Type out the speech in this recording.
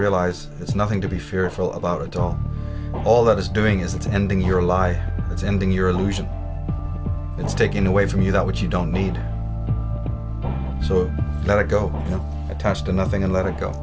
realize it's nothing to be fearful about at all all that is doing is it's ending your life it's ending your allusion it's taking away from you that which you don't need so let it go attached to nothing and let it go